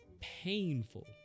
painful